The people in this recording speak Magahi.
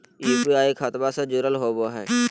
यू.पी.आई खतबा से जुरल होवे हय?